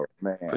man